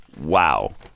Wow